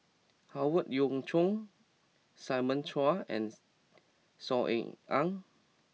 Howe Yoon Chong Simon Chua and Saw Ean Ang